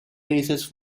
raises